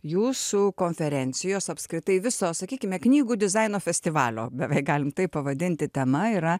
jūsų konferencijos apskritai viso sakykime knygų dizaino festivalio beveik galim taip pavadinti tema yra